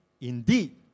Indeed